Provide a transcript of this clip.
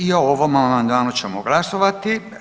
I o ovom amandmanu ćemo glasovati.